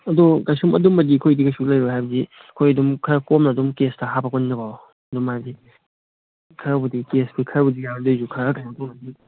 ꯑꯗꯣ ꯀꯩꯁꯨ ꯑꯗꯨꯝꯕꯗꯤ ꯑꯩꯈꯣꯏꯒꯤ ꯀꯩꯁꯨ ꯂꯩꯔꯣꯏ ꯍꯥꯏꯕꯗꯤ ꯑꯩꯈꯣꯏ ꯑꯗꯨꯝ ꯈꯔ ꯀꯣꯝꯅ ꯑꯗꯨꯝ ꯀꯦꯖꯇ ꯍꯥꯄꯛꯄꯅꯤꯅꯀꯣ ꯑꯗꯨꯝ ꯍꯥꯏꯗꯤ ꯈꯔꯕꯨꯗꯤ ꯀꯦꯖꯇꯣ ꯈꯔꯕꯨꯗꯤ ꯌꯥꯎꯖꯩꯁꯦ ꯈꯔ ꯀꯩꯅꯣ ꯇꯧꯗ꯭ꯔꯗꯤ